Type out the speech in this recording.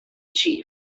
chief